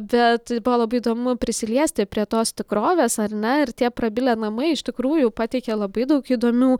bet buvo labai įdomu prisiliesti prie tos tikrovės ar ne ir tie prabilę namai iš tikrųjų pateikė labai daug įdomių